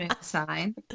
sign